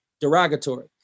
derogatory